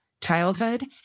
childhood